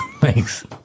Thanks